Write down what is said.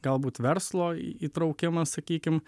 galbūt verslo įtraukimas sakykim